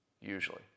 usually